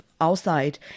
outside